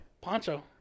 Poncho